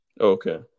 Okay